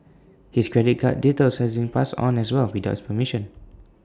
his credit card details had been passed on as well without his permission